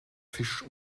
fisch